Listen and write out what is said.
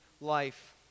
life